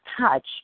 touch